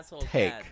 take